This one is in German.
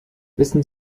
wissen